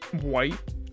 white